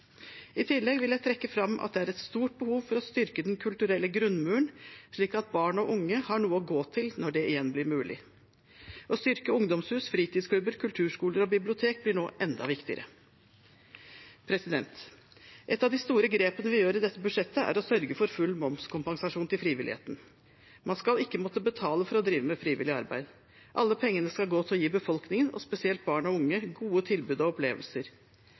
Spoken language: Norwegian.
I tillegg vil jeg trekke fram at det er et stort behov for å styrke den kulturelle grunnmuren, slik at barn og unge har noe å gå til når det igjen blir mulig. Å styrke ungdomshus, fritidsklubber, kulturskoler og bibliotek blir nå enda viktigere. Ett av de store grepene vi gjør i dette budsjettet, er å sørge for full momskompensasjon til frivilligheten. Man skal ikke måtte betale for å drive med frivillig arbeid. Alle pengene skal gå til å gi befolkningen, spesielt barn og unge, gode tilbud og opplevelser.